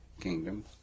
Kingdom